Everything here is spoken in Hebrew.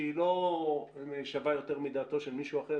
שהיא לא שווה יותר מדעתו של מישהו אחר